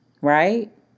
Right